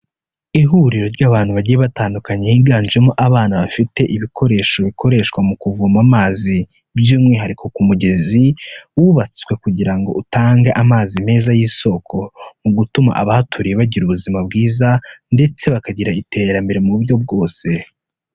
Ihuriro ry'abantu bagiye batandukanye, higanjemo abana bafite ibikoresho bikoreshwa mu kuvoma amazi, by'umwihariko ku mugezi wubatswe kugira ngo utange amazi meza y'isoko, mu gutuma abahaturiye bagira ubuzima bwiza, ndetse bakagira iterambere mu buryo bwose.